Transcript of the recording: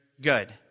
good